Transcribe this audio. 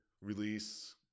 release